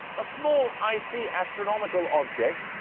a small icy astronomical object,